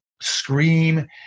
scream